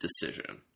decision